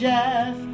Jeff